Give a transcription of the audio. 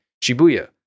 Shibuya